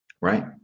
Right